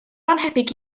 annhebyg